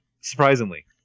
Surprisingly